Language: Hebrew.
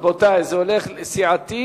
רבותי, זה סיעתי,